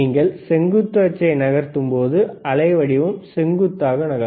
நீங்கள் செங்குத்து அச்சை நகர்த்தும்போது அலைவடிவம் செங்குத்தாக நகரும்